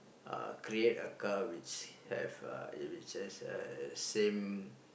uh create a car which have uh which has a same